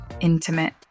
intimate